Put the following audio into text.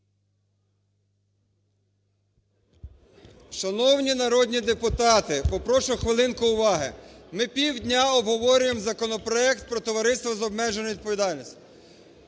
Шановні народні депутати, попрошу хвилинку уваги. Ми півдня обговорюємо законопроект про товариства з обмеженою відповідальністю.